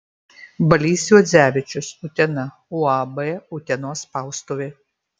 balys juodzevičius utena uab utenos spaustuvė